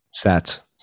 sats